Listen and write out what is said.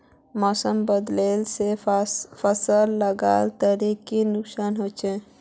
मौसम बदलिले से फसल लार केते कोई नुकसान होचए?